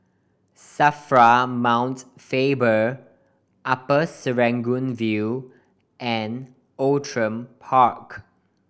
SAFRA Mount Faber Upper Serangoon View and Outram Park